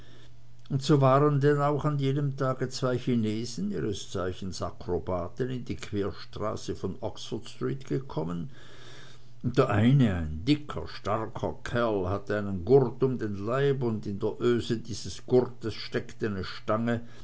und so waren denn auch an jenem tage zwei chinesen ihres zeichens akrobaten in die querstraße von oxford street gekommen und der eine ein dicker starker kerl hatte einen gurt um den leib und in der öse dieses gurtes steckte ne stange